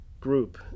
group